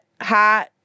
hot